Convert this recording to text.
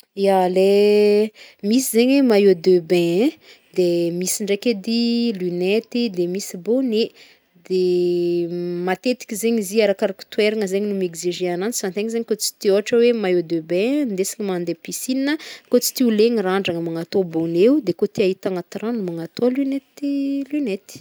Ya, le misy zegny maillot de bain ein de misy ndraiky edy lunette de misy bonnet, matetiky zegny izy i arakaraka toeragna zegny no miexiger agnanjy fa antegna zegny koa tsy tia ôhatra hoe maillot de bain hindesigny mande piscine a, kao tsy tia ho legny randrana magnatô bonnet o, de kao te ahita agnaty rano magnatô lunety lunety.